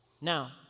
Now